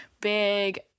big